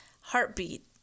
heartbeat